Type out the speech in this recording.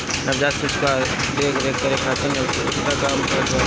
नवजात शिशु कअ देख रेख करे खातिर नवजात उद्यमिता काम करत बाटे